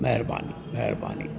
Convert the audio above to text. महिरबानी महिरबानी